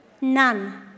None